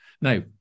Now